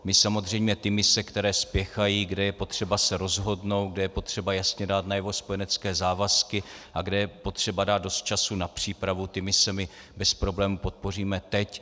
My samozřejmě ty mise, které spěchají, kde je potřeba se rozhodnout, kde je potřeba jasně dát najevo spojenecké závazky a kde je potřeba dát dost času na přípravu, ty mise my bez problému podpoříme teď.